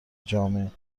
جامعه